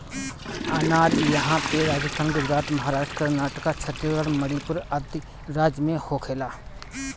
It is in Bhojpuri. अनार इहां पे राजस्थान, गुजरात, महाराष्ट्र, कर्नाटक, छतीसगढ़ मणिपुर आदि राज में होखेला